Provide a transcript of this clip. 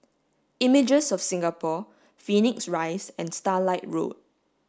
Images of Singapore Phoenix Rise and Starlight Road